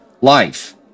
life